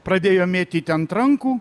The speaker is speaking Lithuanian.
pradėjo mėtyt ant rankų